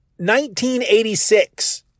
1986